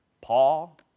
Paul